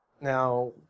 Now